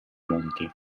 monti